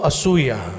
Asuya